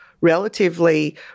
relatively